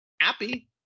happy